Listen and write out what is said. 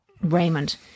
Raymond